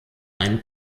einen